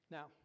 Now